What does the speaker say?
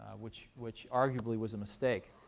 which which arguably, was a mistake.